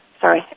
Sorry